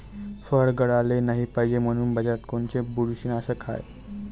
फळं गळाले नाही पायजे म्हनून बाजारात कोनचं बुरशीनाशक हाय?